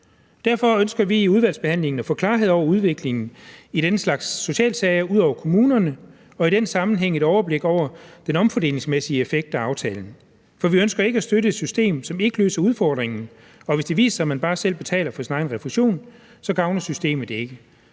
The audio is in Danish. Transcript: Derfor ønsker vi i udvalgsbehandlingen at få klarhed over udviklingen i den slags socialsager ude i kommunerne og i den sammenhæng et overblik over den omfordelingsmæssige effekt af aftalen. For vi ønsker ikke at støtte et system, som ikke løser udfordringen, og hvis det viser sig, at man bare selv betaler for sin egen refusion, gavner systemet ikke.